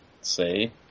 say